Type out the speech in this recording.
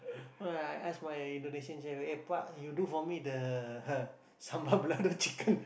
I I ask my Indonesian chef eh Pak you do for me the sambal balado chicken